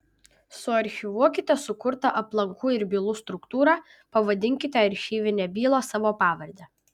suarchyvuokite sukurtą aplankų ir bylų struktūrą pavadinkite archyvinę bylą savo pavarde